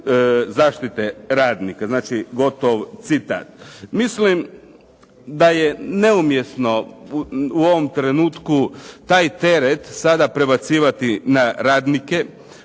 zaštite radnika, gotov citat. Mislim da je neumjesno u ovom trenutku taj teret sada prebacivati na radnike